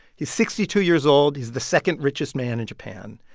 he's sixty two years old. he's the second-richest man in japan.